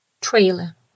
Trailer